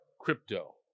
crypto